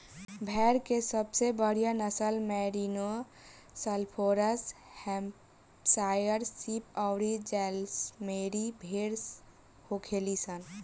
भेड़ के सबसे बढ़ियां नसल मैरिनो, सफोल्क, हैम्पशायर शीप अउरी जैसलमेरी भेड़ होखेली सन